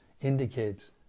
indicates